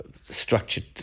structured